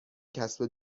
کسب